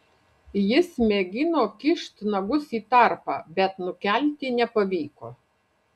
jis mėgino kišt nagus į tarpą bet nukelti nepavyko